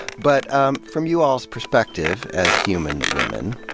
but, um from you-all's perspective as human women,